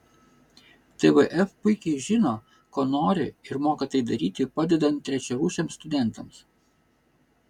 tvf puikiai žino ko nori ir moka tai daryti padedant trečiarūšiams studentams